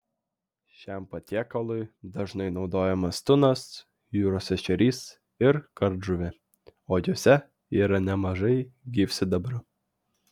šiam patiekalui dažnai naudojamas tunas jūros ešerys ir kardžuvė o jose yra nemažai gyvsidabrio